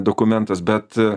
dokumentas bet